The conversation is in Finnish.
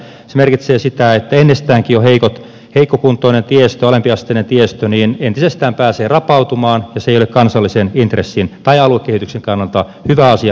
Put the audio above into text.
se merkitsee sitä että jo ennestäänkin heikkokuntoinen tiestö alempiasteinen tiestö entisestään pääsee rapautumaan ja se ei ole kansallisen intressin tai aluekehityksen kannalta hyvä asia päinvastoin